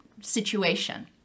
situation